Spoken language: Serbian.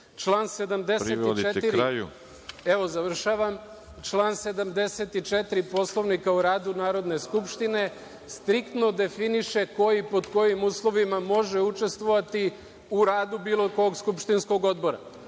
Član 74. Poslovnika o radu Narodne skupštine striktno definiše ko i pod kojim uslovima može učestvovati u radu bilo kog skupštinskog odbora.